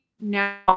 now